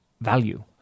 value